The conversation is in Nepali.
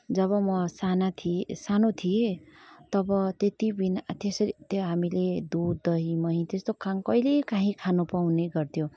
जब म साना थिएँ सानो थिएँ तब त्यति बि त्यो हामीले दुध दही मही त्यस्तो खा कहिले काहीँ खान पाउने गर्थ्यो